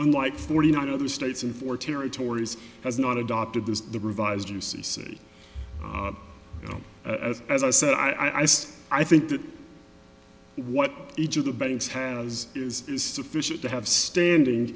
unlike forty nine other states in four territories has not adopted this the revised u c c you know as i said i said i think that what each of the banks has is sufficient to have standing